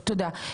תודה.